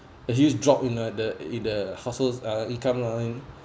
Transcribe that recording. a huge drop in the uh in uh household uh income lah